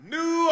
New